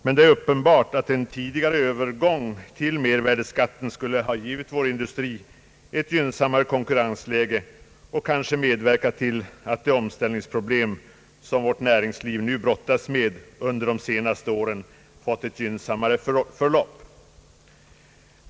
Men det är uppenbart att en tidigare övergång till mervärdeskatt skulle ha givit vår industri ett gynnsammare konkurrensläge och kanske medverkat till att de omställningsproblem, som vårt näringsliv nu brottas med, under de senaste åren fått ett gynnsammare förlopp.